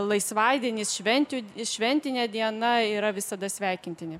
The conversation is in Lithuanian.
laisvadienis švenčių šventinė diena yra visada sveikintini